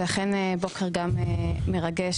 זה אכן בוקר מרגש,